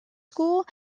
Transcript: school